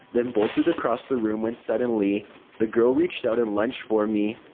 then bolted across the room when suddenly the girl reached out and lunged for me,